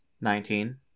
Nineteen